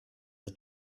the